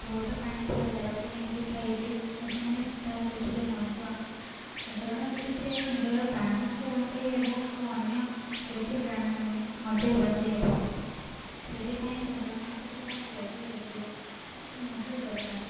ବହୁତ ପାଣି ଥିବା ଜାଗାକୁ ନେଇ ଶିଖାଇଲେ ଓ ସେମାନେ ତାହା ଶିଖିଲେ ମଧ୍ୟ ସନ୍ତରଣ ଶିଖିଥିଲେ ନିଜର ପ୍ରାଣ ମଧ୍ୟ ବଞ୍ଚାଇ ହେବ ଓ ଅନ୍ୟ ବ୍ୟକ୍ତି ପ୍ରାଣ ମଧ୍ୟ ବଞ୍ଚାଇ ହେବ ସେଥିପାଇଁ ସନ୍ତରଣ ଶିଖିବା ବହୁତ ଉଚିତ ମଧ୍ୟ ଦରକାର